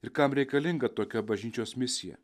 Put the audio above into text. ir kam reikalinga tokia bažnyčios misija